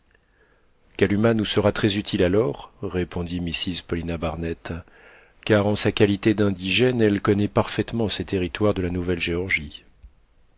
kalumah nous sera très utile alors répondit mrs paulina barnett car en sa qualité d'indigène elle connaît parfaitement ces territoires de la